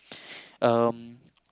um